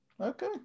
Okay